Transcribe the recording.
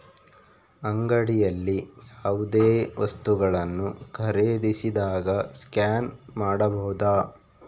ಅಂಗಡಿಯಲ್ಲಿ ಯಾವುದೇ ವಸ್ತುಗಳನ್ನು ಖರೇದಿಸಿದಾಗ ಸ್ಕ್ಯಾನ್ ಮಾಡಬಹುದಾ?